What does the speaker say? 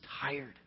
tired